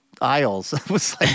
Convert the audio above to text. aisles